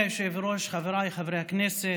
אדוני היושב-ראש, חבריי חברי הכנסת,